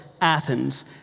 Athens